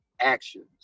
actions